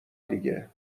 دیگه